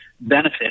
benefit